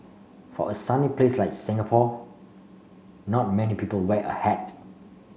for a sunny place like Singapore not many people wear a hat